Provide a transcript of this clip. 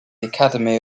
academy